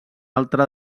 altra